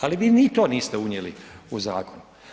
Ali, vi ni to niste unijeli u zakon.